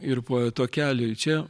ir poeto kelio ir čia